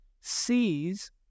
sees